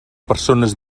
persones